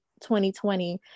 2020